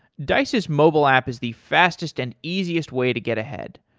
dice's mobile app is the fastest and easiest way to get ahead.